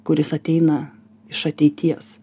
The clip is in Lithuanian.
kuris ateina iš ateities